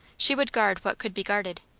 she would guard what could be guarded.